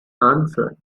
answered